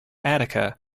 attica